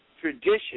tradition